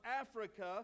Africa